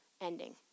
ending